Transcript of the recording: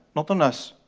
not on us.